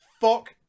Fuck